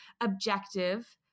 objective